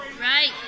Right